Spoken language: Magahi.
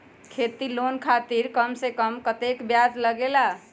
खेती लोन खातीर कम से कम कतेक ब्याज लगेला?